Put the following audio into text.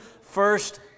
first